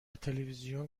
تلویزیون